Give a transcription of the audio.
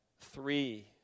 three